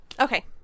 okay